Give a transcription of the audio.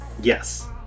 Yes